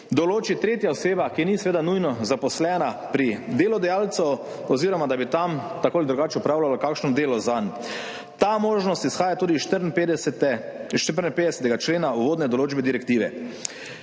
določi tretja oseba, ki seveda ni nujno zaposlena pri delodajalcu oziroma bi tam tako ali drugače opravljala kakšno delo zanj. Ta možnost izhaja tudi iz 54. člena uvodne določbe Direktive.